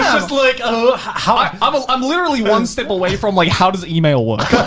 like, oh how i'm um ah i'm literally one step away from like, how does email work?